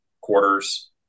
quarters